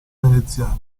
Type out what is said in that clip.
veneziano